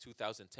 2010